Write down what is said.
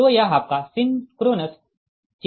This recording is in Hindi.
तो यह आपका सिंक्रोनस Zs है